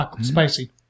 spicy